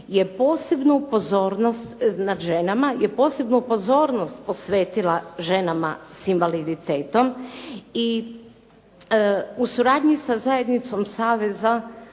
je posebnu pozornost posvetila ženama s invaliditetom. I u suradnji sa zajednicom Saveza